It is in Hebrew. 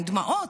עם דמעות,